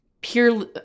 pure